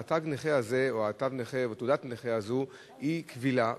תג הנכה הזה או תו הנכה או תעודת הנכה הזו היא קבילה,